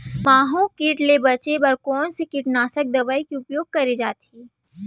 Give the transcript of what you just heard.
माहो किट ले बचे बर कोन से कीटनाशक दवई के उपयोग करे जाथे?